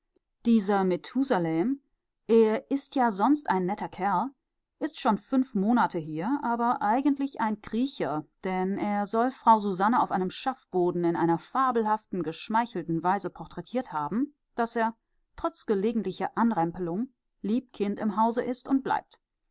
dieser methusalem er ist ja sonst ein netter kerl ist schon fünf monate hier aber eigentlich ein kriecher denn er soll frau susanne auf einem schaffboden in einer fabelhaft geschmeichelten weise porträtiert haben daß er trotz gelegentlicher anrempelung lieb kind im hause ist und bleibt